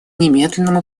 немедленному